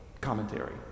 commentary